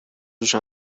روش